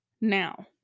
Now